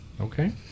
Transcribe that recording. Okay